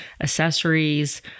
accessories